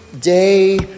day